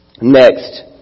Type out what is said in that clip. Next